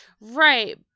Right